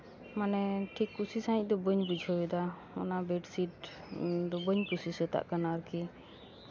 ᱴᱷᱤᱠ ᱠᱩᱥᱤ ᱥᱟᱺᱦᱤᱡ ᱫᱚ ᱵᱟᱹᱧ ᱵᱩᱡᱷᱟᱹᱣ ᱮᱫᱟ ᱚᱱᱟ ᱵᱮᱰᱥᱤᱴ ᱫᱚ ᱵᱟᱹᱧ ᱠᱩᱥᱤ ᱥᱟᱹᱛᱟᱜ ᱠᱟᱱᱟ ᱟᱨᱠᱤ